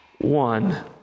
one